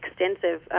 Extensive